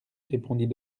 répondit